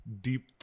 deep